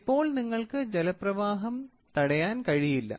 ഇപ്പോൾ നിങ്ങൾക്ക് ജലപ്രവാഹം തടയാൻ കഴിയില്ല